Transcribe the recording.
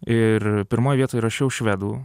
ir pirmoj vietoj rašiau švedų